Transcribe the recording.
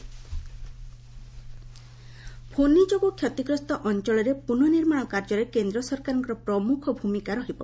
ସମୀକ୍ଷା ଫୋନି ଯୋଗୁଁ ଷତିଗ୍ରସ୍ତ ଅଞ୍ଚଳରେ ପୁନଃନିର୍ମାଣ କାର୍ଯ୍ୟରେ କେନ୍ଦ୍ର ସରକାରଙ୍କ ପ୍ରମୁଖ ଭୂମିକା ରହିବ